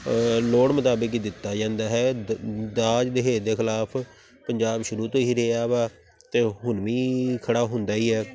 ਲੋੜ ਮੁਤਾਬਿਕ ਹੀ ਦਿੱਤਾ ਜਾਂਦਾ ਹੈ ਦ ਦਾਜ ਦਹੇਜ ਦੇ ਖਿਲਾਫ਼ ਪੰਜਾਬ ਸ਼ੁਰੂ ਤੋਂ ਹੀ ਰਿਹਾ ਵਾ ਅਤੇ ਹੁਣ ਵੀ ਖੜਾ ਹੁੰਦਾ ਹੀ ਹੈ